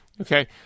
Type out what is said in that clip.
Okay